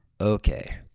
Okay